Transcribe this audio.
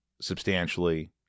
substantially